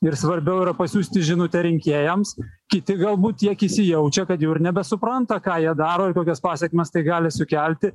ir svarbiau yra pasiųsti žinutę rinkėjams kiti galbūt tiek įsijaučia kad jau ir nebesupranta ką jie daro ir kokias pasekmes tai gali sukelti